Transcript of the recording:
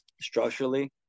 structurally